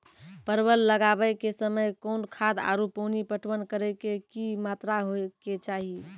परवल लगाबै के समय कौन खाद आरु पानी पटवन करै के कि मात्रा होय केचाही?